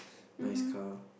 nice car